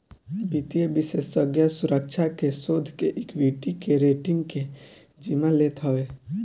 वित्तीय विषेशज्ञ सुरक्षा के, शोध के, एक्वीटी के, रेटींग के जिम्मा लेत हवे